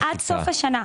עד סוף השנה.